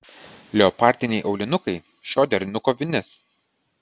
leopardiniai aulinukai šio derinuko vinis